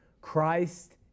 Christ